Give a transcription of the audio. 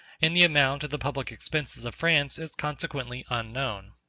and the amount of the public expenses of france is consequently unknown.